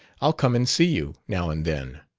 i'll come and see you, now and then.